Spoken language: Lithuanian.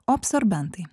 o absorbentai